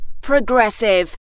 Progressive